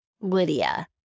Lydia